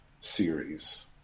series